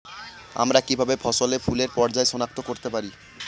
আমরা কিভাবে ফসলে ফুলের পর্যায় সনাক্ত করতে পারি?